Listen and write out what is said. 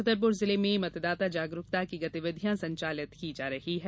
छतरपूर जिले में मतदाता जागरूकता की गतिविधियां संचालित की जा रही हैं